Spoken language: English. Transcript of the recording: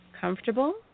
comfortable